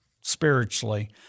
spiritually